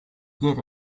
get